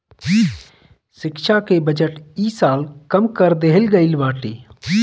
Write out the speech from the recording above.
शिक्षा के बजट इ साल कम कर देहल गईल बाटे